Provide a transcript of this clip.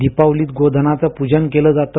दीपावलीत गोधनाचं पूजन केलं जातं